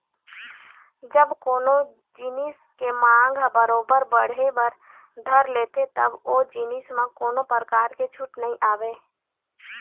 जब कोनो जिनिस के मांग ह बरोबर बढ़े बर धर लेथे तब ओ जिनिस म कोनो परकार के छूट नइ आवय